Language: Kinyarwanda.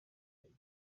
mayor